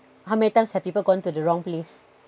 how many times have people gone to the wrong place